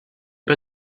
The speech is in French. pas